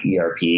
ERP